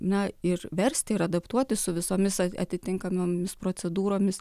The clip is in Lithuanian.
na ir versti ir adaptuoti su visomis atitinkamomis procedūromis